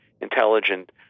intelligent